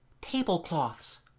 Tablecloths